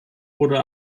wurde